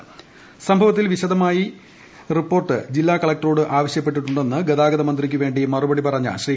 ് സംഭവത്തിൽ വിശദമായ റിപ്പോർട്ട് ജില്ലാ കളക്ടറോട് ആവശ്യപ്പെട്ടിട്ടുണ്ടെന്ന് ഗതാഗതമന്ത്രിക്കു വേണ്ടി മറുപടി പറഞ്ഞ ശ്രീ